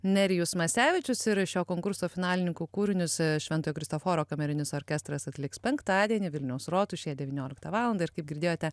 nerijus masevičius ir šio konkurso finalininkų kūrinius šventojo kristoforo kamerinis orkestras atliks penktadienį vilniaus rotušėje devynioliktą valandą ir kaip girdėjote